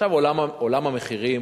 עכשיו, עולם המחירים